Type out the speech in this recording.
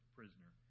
prisoner